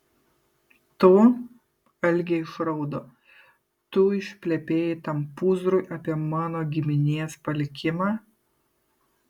tu algė išraudo tu išplepėjai tam pūzrui apie mano giminės palikimą